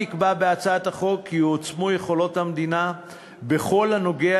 נקבע בהצעת החוק כי יועצמו יכולות המדינה בכל הנוגע